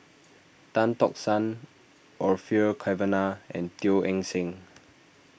Tan Tock San Orfeur Cavenagh and Teo Eng Seng